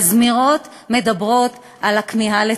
והזמירות מדברות על הכמיהה לציון.